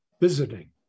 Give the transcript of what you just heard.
visiting